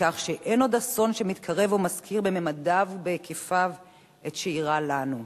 בכך שאין עוד אסון שמתקרב או מזכיר בממדיו ובהיקפיו את שאירע לנו.